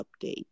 update